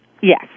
Yes